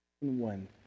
one